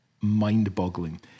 mind-boggling